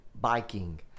biking